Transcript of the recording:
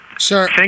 Sir